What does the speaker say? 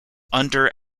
under